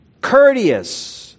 courteous